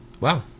Wow